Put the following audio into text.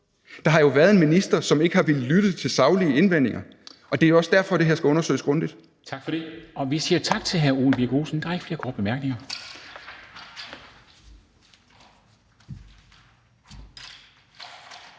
Der har jo været en minister, som ikke har villet lytte til saglige indvendinger, og det er også derfor, det her skal undersøges grundigt. Kl. 14:11 Formanden (Henrik Dam Kristensen): Tak for det. Vi siger tak til hr. Ole Birk Olesen. Der er ikke flere korte bemærkninger.